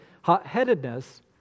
Hot-headedness